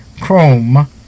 Chrome